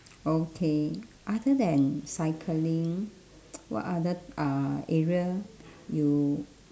okay other than cycling what other uh area you